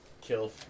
Kill